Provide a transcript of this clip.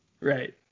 Right